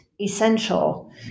essential